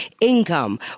income